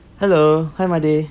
hello hi madir